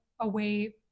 away